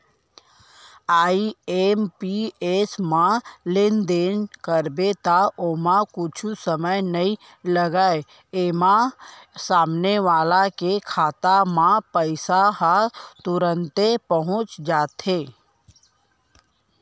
IMPS म लेनदेन करबे त ओमा कुछु समय नइ लागय, एमा सामने वाला के खाता म पइसा ह तुरते पहुंच जाथे